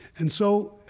and so,